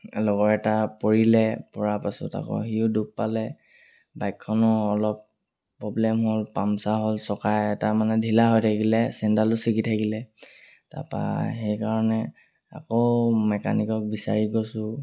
লগৰ এটা পৰিলে পৰাৰ পাছত আকৌ সিও দুখ পালে বাইকখনো অলপ প্ৰব্লেম হ'ল পামচাৰ হ'ল চকা এটা মানে ঢিলা হৈ থাকিলে চেণ্ডেলো চিগি থাকিলে তাৰপৰা সেইকাৰণে আকৌ মেকানিকক বিচাৰি গৈছোঁ